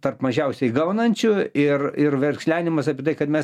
tarp mažiausiai gaunančių ir ir verkšlenimas apie tai kad mes